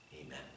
Amen